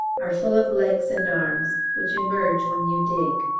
are full of legs and arms, which emerge when you dig.